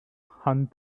hunt